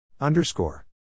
Underscore